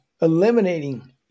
eliminating